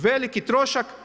Veliki trošak.